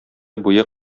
буе